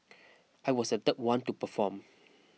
I was the third one to perform